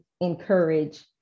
encourage